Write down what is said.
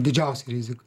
didžiausia rizika